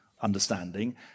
understanding